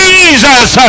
Jesus